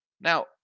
Now